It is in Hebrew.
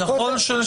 יכול שיש.